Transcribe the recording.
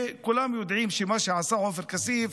כולם יודעים שמה שעשה עופר כסיף,